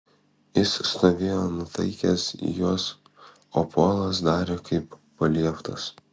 jis stovėjo nutaikęs į juos o polas darė kaip palieptas